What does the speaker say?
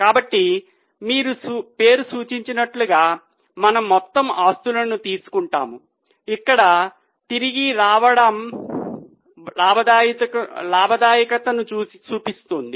కాబట్టి పేరు సూచించినట్లుగా మనము మొత్తం ఆస్తులను తీసుకుంటాము ఇక్కడ తిరిగి రావడం లాభదాయకతను సూచిస్తుంది